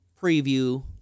preview